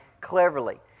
cleverly